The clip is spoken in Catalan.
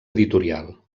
editorial